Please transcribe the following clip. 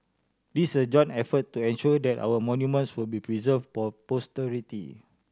this is a joint effort to ensure that our monuments will be preserve for posterity